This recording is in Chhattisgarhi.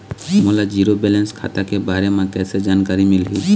मोला जीरो बैलेंस खाता के बारे म कैसे जानकारी मिलही?